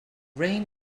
rain